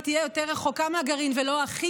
היא תהיה יותר רחוקה מהגרעין ולא הכי